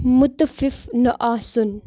مُتفِف نہٕ آسُن